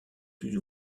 plus